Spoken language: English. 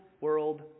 world